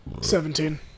Seventeen